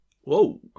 whoa